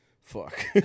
Fuck